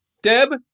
Deb